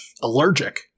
allergic